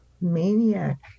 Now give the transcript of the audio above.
maniac